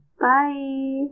Bye